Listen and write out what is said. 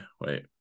wait